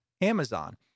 Amazon